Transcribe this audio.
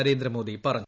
നരേന്ദ്രമോദി പറഞ്ഞു